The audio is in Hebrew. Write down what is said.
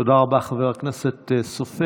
תודה רבה, חבר הכנסת סופר.